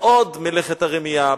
בעוד מלאכת רמייה,